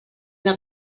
una